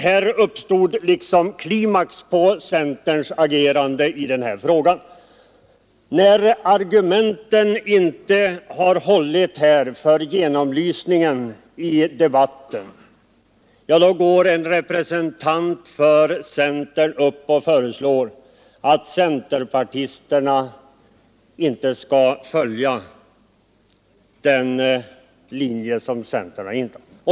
Det uppstod en klimax på centerns agerande i den här frågan: När argumenten inte har hållit för en genomlysning i debatten, gick en representant för centern upp och föreslog att centerpartisterna inte skall följa den linje som centern har gått in för.